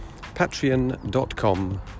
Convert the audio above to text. patreon.com